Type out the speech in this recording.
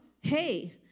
hey